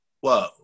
whoa